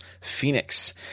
Phoenix